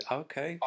okay